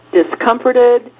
discomforted